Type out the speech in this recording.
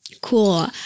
Cool